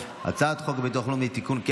הצעת חוק הביטוח הלאומי (תיקון,